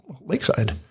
Lakeside